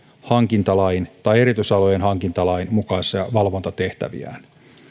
hankintalain tai erityisalojen hankintalain mukaisia valvontatehtäviään